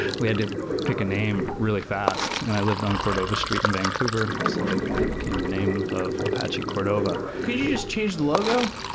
we had to pick a name really fast. and i lived on cordova street in vancouver, so that became the name of apache cordova could you just change the logo?